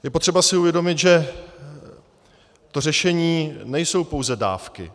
Je potřeba si uvědomit, že řešení nejsou pouze dávky.